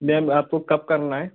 ma'am आपको कब करना है